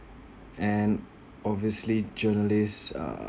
and obviously journalists are